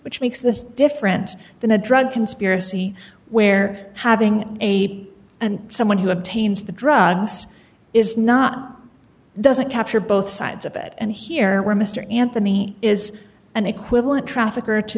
which makes this different than a drug conspiracy where having aid and someone who obtains the drugs is not doesn't capture both sides and here where mr anthony is an equivalent trafficker to